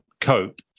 cope